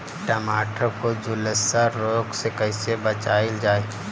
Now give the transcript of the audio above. टमाटर को जुलसा रोग से कैसे बचाइल जाइ?